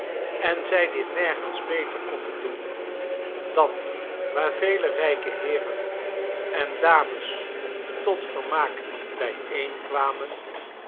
en zij dit nergens beter konden doen dan waar vele rijke heeren en dames tot vermaak